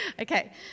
Okay